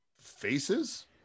faces